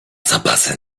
zapasy